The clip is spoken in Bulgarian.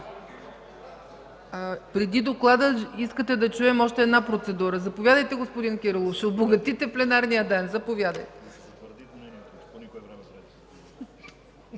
процедура.) Искате да чуем още една процедура? Заповядайте, господин Кирилов, ще обогатите пленарния ден. Заповядайте.